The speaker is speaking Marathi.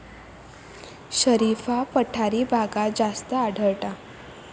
शरीफा पठारी भागात जास्त आढळता